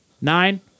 Nine